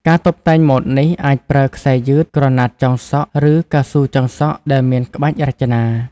ការតុបតែងម៉ូតនេះ អាចប្រើខ្សែយឺត ក្រណាត់ចងសក់ ឬកៅស៊ូចងសក់ដែលមានក្បាច់រចនា។